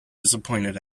disappointed